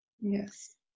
Yes